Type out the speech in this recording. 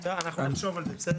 בסדר, אנחנו נחשוב על זה.